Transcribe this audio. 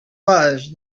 was